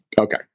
okay